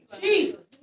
Jesus